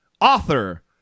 author